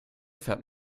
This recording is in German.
fährt